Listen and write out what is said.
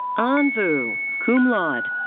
an vu, cum laude.